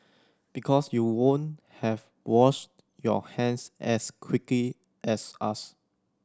because you won't have washed your hands as quickly as us